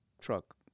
truck